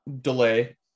delay